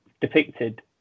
depicted